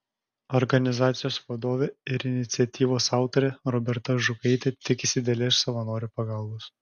organizacijos vadovė ir iniciatyvos autorė roberta ažukaitė tikisi didelės savanorių pagalbos